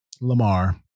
Lamar